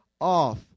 off